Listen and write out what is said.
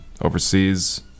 overseas